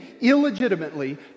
illegitimately